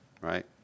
Right